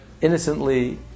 Innocently